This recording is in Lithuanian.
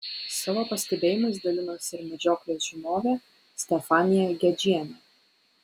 savo pastebėjimais dalinosi ir medžioklės žinovė stefanija gedžienė